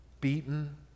Beaten